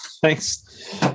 thanks